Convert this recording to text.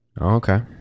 Okay